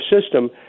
System